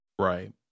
Right